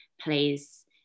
plays